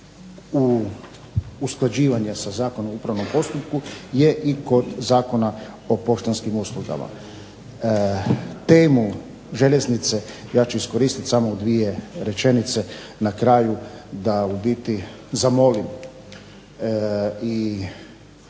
u usklađivanje sa Zakonom o upravnom postupku je i kod Zakona o poštanskim uslugama. Temu željeznice ja ću iskoristiti samo u dvije rečenice na kraju u biti da zamolim i